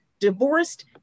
divorced